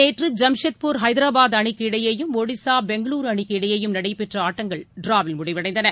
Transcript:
நேற்று ஜாம்செட்பூர் ஹைதராபாத் அணிக்கு இடையேயும் ஒடிசா பெங்களூரு அணிக்கு இடையேயும் நடைபெற்ற ஆட்டங்கள் டிராவில் முடிவடைந்தன